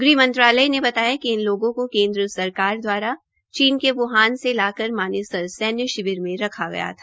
ग़ह मंत्रालय ने बताया कि इन लोगों को सरकार द्वारा चीन के ब्हान से लाकर मानेसर सेन्य शिविर में रखा गया था